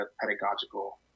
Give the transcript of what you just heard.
pedagogical